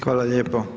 Hvala lijepo.